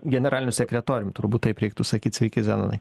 generaliniu sekretorium turbūt taip reiktų sakyti sveiki zenonai